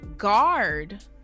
guard